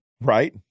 Right